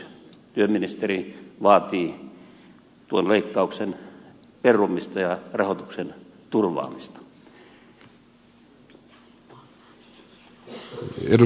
nyt työministeri vaatii tuon leikkauksen perumista ja rahoituksen turvaamista